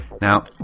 Now